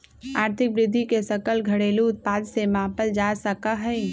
आर्थिक वृद्धि के सकल घरेलू उत्पाद से मापल जा सका हई